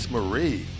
Marie